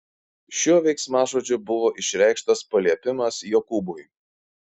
šiuo veiksmažodžiu buvo išreikštas paliepimas jokūbui